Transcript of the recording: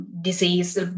disease